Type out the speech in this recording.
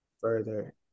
further